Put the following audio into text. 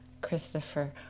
Christopher